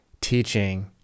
teaching